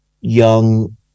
young